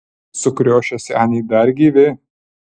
mes sukriošę seniai dar gyvi